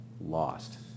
lost